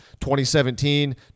2017